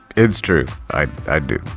it's true. i do.